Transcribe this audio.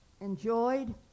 enjoyed